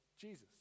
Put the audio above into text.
Jesus